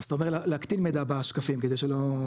אז אתה אומר להקטין מידע בשקפים כדי שלא.